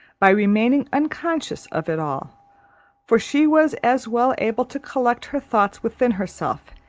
by remaining unconscious of it all for she was as well able to collect her thoughts within herself,